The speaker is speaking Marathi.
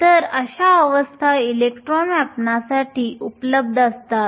तर अशा अवस्था इलेक्ट्रॉन्स व्यापण्यासाठी उपलब्ध असतात